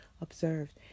observed